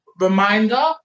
reminder